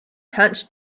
hunched